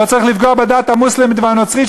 לא צריך לפגוע בדת המוסלמית והנוצרית,